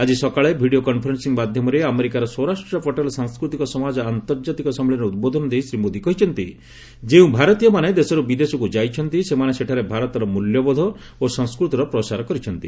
ଆକି ସକାଳେ video conferencing ମାଧ୍ୟମରେ ଆମେରିକାର ସୌରାଷ୍ଟ୍ର ପଟେଲ୍ ସାଂସ୍କୃତିକ ସମାଜ ଆନ୍ତର୍ଜାତିକ ସମ୍ମିଳନୀରେ ଉଦ୍ବୋଧନ ଦେଇ ଶ୍ରୀ ମୋଦି କହିଛନ୍ତି ଯେଉଁ ଭାରତୀୟମାନେ ଦେଶରୁ ବିଦେଶକୁ ଯାଇଛନ୍ତି ସେମାନେ ସେଠାରେ ଭାରତର ମୂଲ୍ୟବୋଧ ଓ ସଂସ୍କୃତିର ପ୍ରସାର କରିଛନ୍ତି